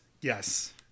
Yes